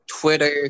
Twitter